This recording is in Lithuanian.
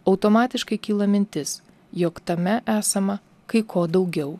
automatiškai kyla mintis jog tame esama kai ko daugiau